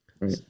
Right